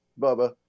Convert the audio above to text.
bubba